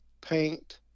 paint